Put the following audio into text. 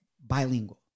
bilingual